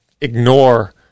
ignore